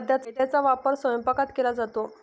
मैद्याचा वापर स्वयंपाकात केला जातो